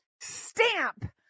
stamp